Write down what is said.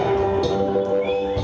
oh